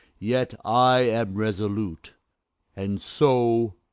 yet i am resolute and so,